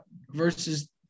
versus